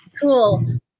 cool